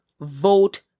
vote